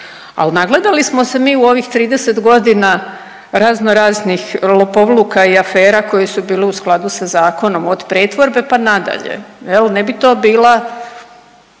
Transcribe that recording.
Ali nagledali smo se mi u ovih 30 godina razno raznih lopovluka i afera koji su bili u skladu sa zakonom od pretvorbe pa nadalje. Jel ne bi to bila,